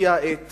שהגיעה העת